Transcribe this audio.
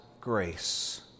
grace